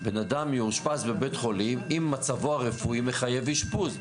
בן אדם יאושפז בבית חולים אם מצבו הרפואי מחייב אשפוז.